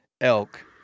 elk